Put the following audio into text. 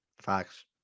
Facts